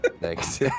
Thanks